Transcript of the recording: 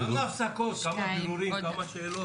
בתחומי מועצה דתית אחת